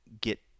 get